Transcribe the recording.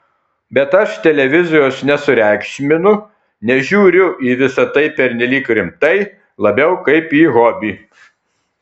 bet aš televizijos nesureikšminu nežiūriu į visa tai pernelyg rimtai labiau kaip į hobį